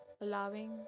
allowing